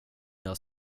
nya